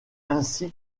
ainsi